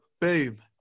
Boom